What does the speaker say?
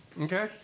Okay